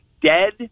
dead